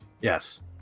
Yes